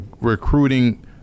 recruiting